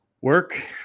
work